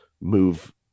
move